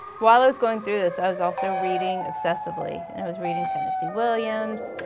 while i was going through this i was also reading obsessively and i was reading tennessee williams.